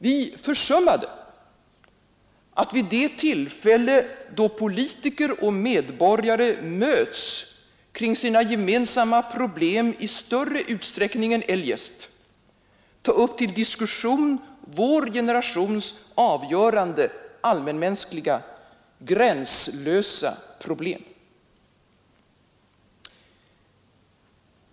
Vi försummade att vid det tillfälle, då politiker och medborgare möts kring sina gemensamma problem i större utsträckning än eljest, ta upp till diskussion vår generations avgörande, allmänmänskliga, gränslösa pro blem.